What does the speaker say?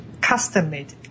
custom-made